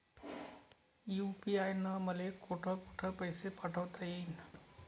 UPI न मले कोठ कोठ पैसे पाठवता येईन?